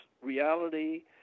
reality